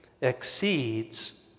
exceeds